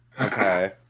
Okay